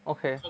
okay